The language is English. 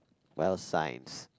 bioscience